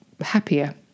happier